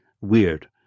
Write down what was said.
weird